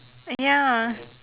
ya